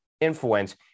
influence